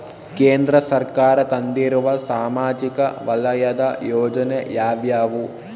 ಕೇಂದ್ರ ಸರ್ಕಾರ ತಂದಿರುವ ಸಾಮಾಜಿಕ ವಲಯದ ಯೋಜನೆ ಯಾವ್ಯಾವು?